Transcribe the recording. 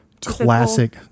classic